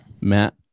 Matt